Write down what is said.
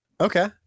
okay